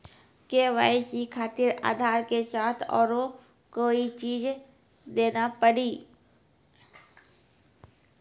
KYC खातिर आधार के साथ औरों कोई चीज देना पड़ी?